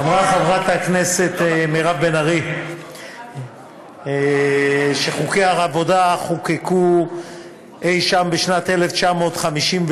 אמרה חברת הכנסת מירב בן ארי שחוקי העבודה חוקקו אי-שם בשנת 1951,